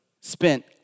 spent